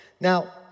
Now